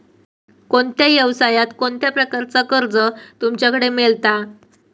कोणत्या यवसाय कोणत्या प्रकारचा कर्ज तुमच्याकडे मेलता?